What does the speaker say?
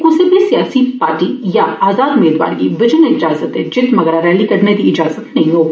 कुसै बी सियासी पार्टी जां आजाद मेदवार गी बिजन ईजाजत दे जित्त मगरा रैली कड्ढने दी ईजाजत नेई होग